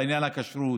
עניין הכשרות,